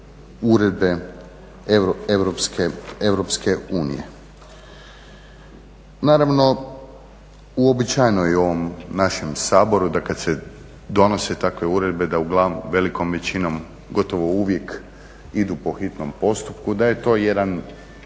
uredbe EU. Naravno, uobičajeno je u ovom našem Saboru da kad se donose takve uredbe da velikom većinom, gotovo uvijek idu po hitnom postupku, da je to jedna